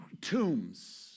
tombs